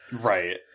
Right